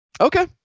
Okay